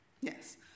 yes